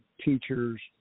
teachers